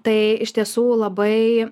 tai iš tiesų labai